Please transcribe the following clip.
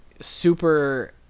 super